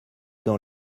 dans